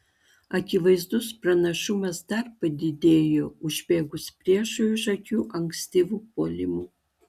akivaizdus pranašumas dar padidėjo užbėgus priešui už akių ankstyvu puolimu